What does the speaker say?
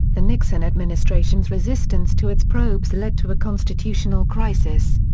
the nixon administration's resistance to its probes led to a constitutional crisis.